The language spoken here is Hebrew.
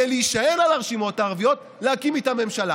להישען על הרשימות הערביות להקים איתן ממשלה.